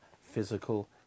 physical